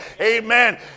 amen